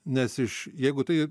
nes iš jeigu tai